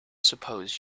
suppose